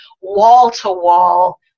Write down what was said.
wall-to-wall